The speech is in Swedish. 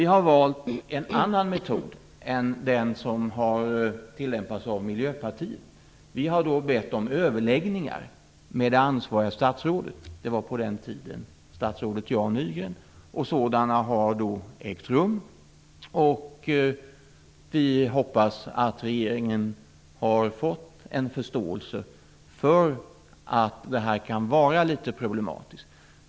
Vi har valt en annan metod än den som har tillämpats av Miljöpartiet. Vi har bett om överläggningar med det ansvariga statsrådet. På den tiden var det statsrådet Jan Nygren. Sådana överläggningar har ägt rum, och vi hoppas att regeringen har fått en förståelse för att det här kan vara litet problematiskt.